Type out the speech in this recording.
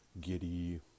giddy